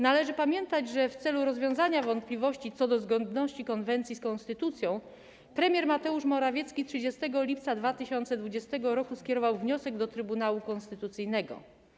Należy pamiętać, że w celu rozwiązania wątpliwości co do zgodności konwencji z konstytucją premier Mateusz Morawiecki 30 lipca 2020 r. skierował wniosek do Trybunału Konstytucyjnego.